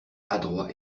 adroit